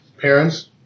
parents